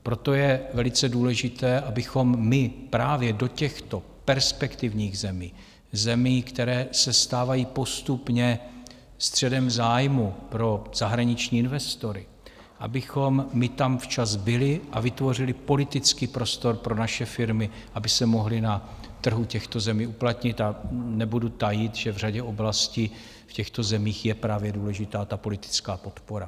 Proto je velice důležité, abychom právě v těchto perspektivních zemích, zemích, které se stávají postupně středem zájmu pro zahraniční investory, byli včas a vytvořili politický prostor pro naše firmy, aby se mohly na trhu těchto zemí uplatnit, a nebudu tajit, že v řadě oblastí v těchto zemích je právě důležitá ta politická podpora.